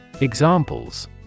Examples